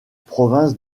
province